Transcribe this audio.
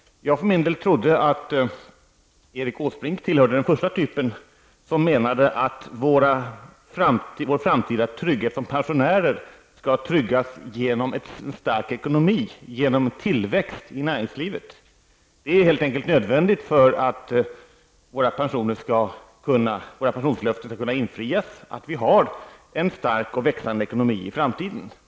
Jag för min del trodde att Erik Åsbrink tillhörde den första typen, som menade att vår framtida trygghet som pensionärer skall säkerställas genom en stark ekonomi, genom tillväxt i näringslivet. Det är helt enkelt nödvändigt, för att våra pensionslöften skall kunna infrias, att vi har en stark och växande ekonomi i framtiden.